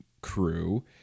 crew